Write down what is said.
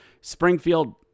Springfield